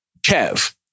Kev